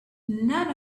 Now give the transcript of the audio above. none